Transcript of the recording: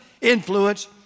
influence